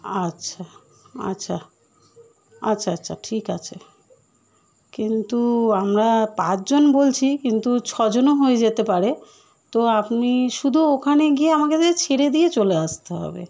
আচ্ছা আচ্ছা আচ্ছা আচ্ছা ঠিক আছে কিন্তু আমরা পাঁচ জন বলছি কিন্তু ছ জনও হয়ে যেতে পারে তো আপনি শুধু ওখানে গিয়ে আমাকে দিয়ে ছেড়ে দিয়ে চলে আসতে হবে